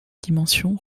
dimensions